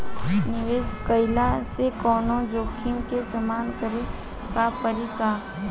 निवेश कईला से कौनो जोखिम के सामना करे क परि का?